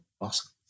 awesome